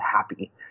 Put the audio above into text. happy